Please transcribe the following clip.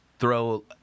Throw